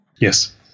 yes